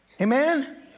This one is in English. Amen